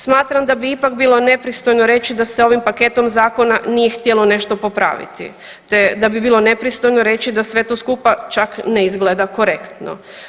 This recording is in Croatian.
Smatram da bi ipak bilo nepristojno reći da se ovim paketom zakona nije htjelo nešto popraviti, te da bi bilo nepristojno reći da sve to skupa čak ne izgleda korektno.